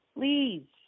Please